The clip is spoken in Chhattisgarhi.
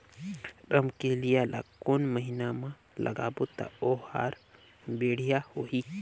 रमकेलिया ला कोन महीना मा लगाबो ता ओहार बेडिया होही?